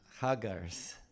huggers